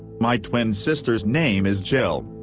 my twin sister's name is jill.